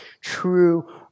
true